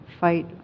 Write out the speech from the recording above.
fight